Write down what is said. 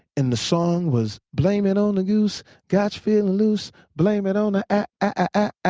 and the song was blame it on the goose, gotcha feeling loose, blame it on ah ah ah